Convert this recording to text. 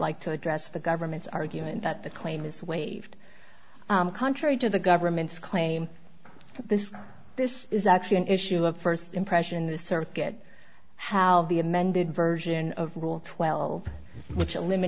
like to address the government's argument that the claim is waived contrary to the government's claim this this is actually an issue of first impression in the circuit how the amended version of rule twelve which elimi